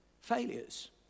failures